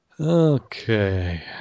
Okay